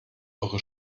eure